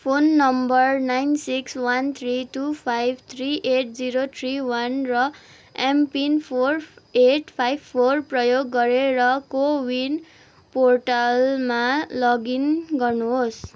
phone number nine six one three two five three eight zero three one र MPIN four eight five four प्रयोग गरेर CoWIN पोर्टालमा login गर्नुहोस्